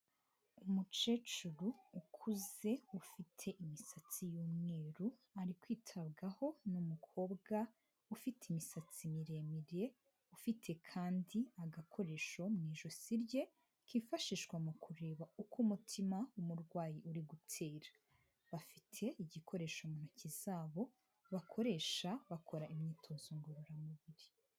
Umukecuru ukuze ufite imisatsi y'umweru, ari kwitabwaho n'umukobwa ufite imisatsi miremire, ufite kandi agakoresho mu ijosi rye kifashishwa mu kureba uko umutima w'umurwayi uri gutera. Bafite igikoresho mu ntoki zabo bakoresha bakora imyitozo ngororamubiri